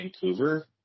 Vancouver